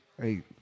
Hey